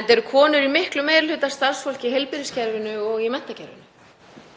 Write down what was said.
enda eru konur mikill meiri hluti starfsfólks í heilbrigðiskerfinu og í menntakerfinu.